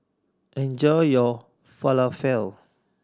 enjoy your Falafel